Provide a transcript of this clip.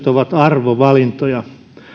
ovat arvovalintoja